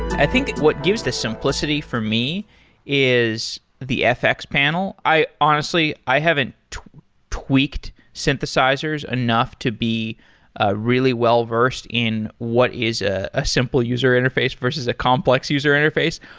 i think what gives the simplicity for me is the fx panel. honestly, i haven't tweaked synthesizers enough to be ah really well-versed in what is ah a simple user interface versus a complex user interface.